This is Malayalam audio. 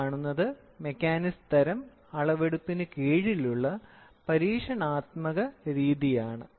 ഈ കാണുന്നത് മെക്കാനിക്സ് തരം അളവെടുപ്പിന് കീഴിലുള്ള പരീക്ഷണാത്മക രീതിയാണ്